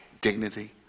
dignity